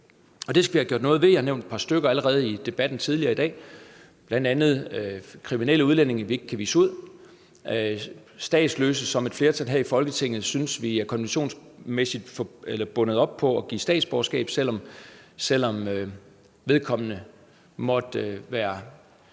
dag. Det skal vi have gjort noget ved. Jeg har nævnt et par stykker allerede i debatten tidligere i dag, bl.a. kriminelle udlændinge, som vi ikke kan udvise, statsløse, som et flertal her i Folketingets synes vi er konventionsmæssigt bundet op på at give statsborgerskab, selv om vedkommende måtte være